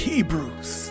Hebrews